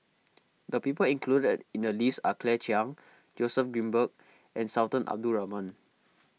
the people included in the list are Claire Chiang Joseph Grimberg and Sultan Abdul Rahman